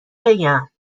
بگم